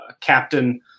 captain